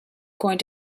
going